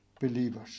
believers